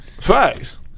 Facts